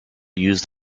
used